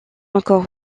encore